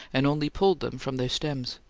and only pulled them from their stems.